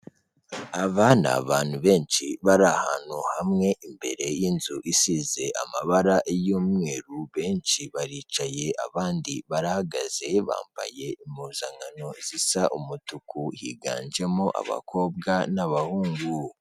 Aba ni abantu benshi bari ahantu hamwe, imbere y'inzu isize amabara y'umweru, benshi baricaye abandi barahagaze, bambaye impuzankano zisa umutuku, higanjemo abakobwa n'abahungu.